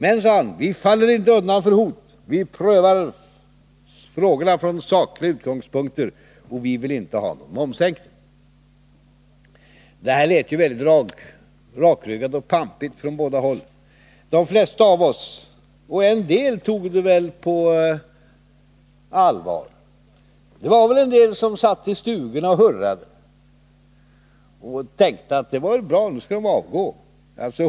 Men, sade han också, vi faller inte undan för hot. Vi prövar frågorna från sakliga utgångspunkter, och vi vill inte ha någon momssänkning. Det här lät ju väldigt rakryggat och pampigt från båda hållen. En del tog det väl på allvar. Det var kanske några som satt i stugorna och hurrade och tänkte att det här var bra — nu skall de avgå.